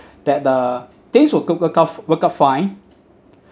that the things will work out work out fine